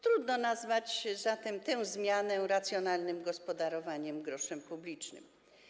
Trudno zatem nazwać tę zmianę racjonalnym gospodarowaniem groszem publicznym.